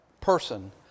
person